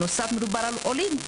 בנוסף מדובר על עולים.